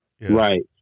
Right